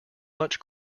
much